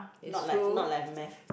not like not like math